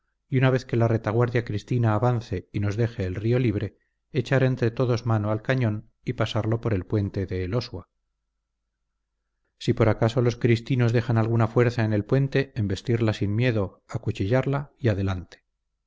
y una vez que la retaguardia cristina avance y nos deje el río libre echar entre todos mano al cañón y pasarlo por el puente de elosua si por acaso los cristinos dejan alguna fuerza en el puente embestirla sin miedo acuchillarla y adelante